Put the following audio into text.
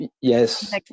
yes